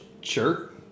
Sure